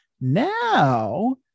Now